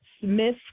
Smith